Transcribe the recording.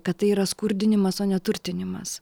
kad tai yra skurdinimas o ne turtinimas